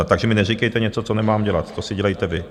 Takže mi neříkejte něco, co nemám dělat, to si dělejte vy.